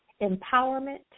Empowerment